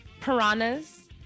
Piranhas